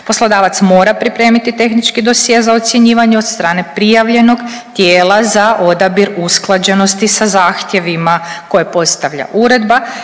Poslodavac mora pripremiti tehnički dosje za ocjenjivanje od strane prijavljenog tijela za odabir usklađenosti sa zahtjevima koje postavlja uredba